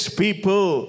people